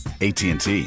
ATT